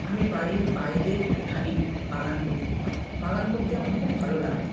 আমি বাড়ির বাইরের উঠানে বাগান করি বাগান করতে আমার খুব ভালো লাগে